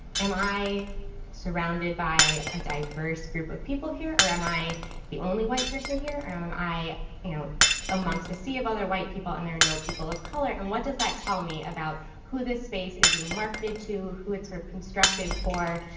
am i surrounded by a diverse group of people here, or am i the only white person here, or am am i you know amongst the sea of other white people and there are no people of color? and what does that tell me about who this space is being marketed to, who it's constructed for?